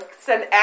send